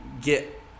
get